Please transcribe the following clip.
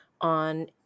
on